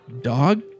dog